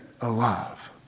alive